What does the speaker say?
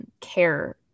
care